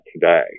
today